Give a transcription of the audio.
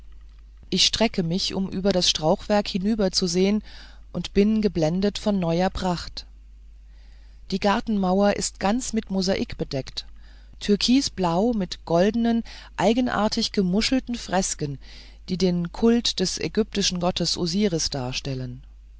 ich strecke mich um über das strauchwerk hinüberzusehen und bin geblendet von neuer pracht die gartenmauer ist ganz mit mosaik bedeckt türkisblau mit goldenen eigenartig gemuschelten fresken die den kult des ägyptischen gottes osiris darstellen